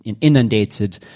inundated